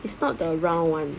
it's not the round [one]